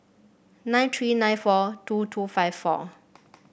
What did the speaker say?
nine three nine four two two five four